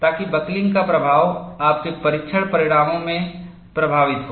ताकि बकलिंग का प्रभाव आपके परीक्षण परिणामों में प्रभावित हो